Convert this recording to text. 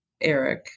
Eric